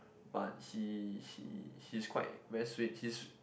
but he he he's quite very sweet he's